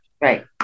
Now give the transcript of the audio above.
Right